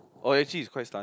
oh actually is quite stunning